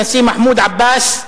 הנשיא מחמוד עבאס,